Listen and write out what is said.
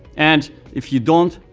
and if you don't,